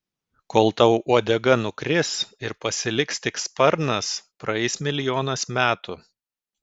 kol tau uodega nukris ir pasiliks tik sparnas praeis milijonas metų